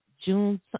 June